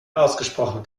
ausgesprochen